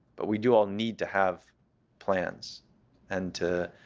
but we do all need to have plans and to